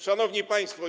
Szanowni Państwo!